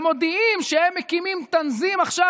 ומודיעים שהם מקימים תנזים עכשיו,